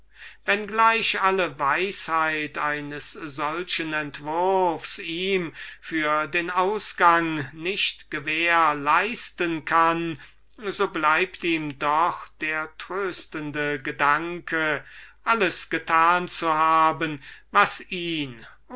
wenn gleich alle weisheit eines solchen entwurfs ihm für den ausgang nicht gewähr leisten kann so bleibt ihm doch der tröstende gedanke alles getan zu haben was ihn